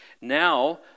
now